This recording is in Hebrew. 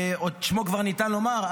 את שמו כבר ניתן לומר,